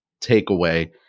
takeaway